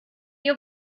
ihr